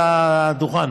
על הדוכן.